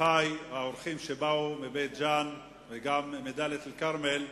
אחי האורחים מבית-ג'ן וגם מדאלית-אל-כרמל,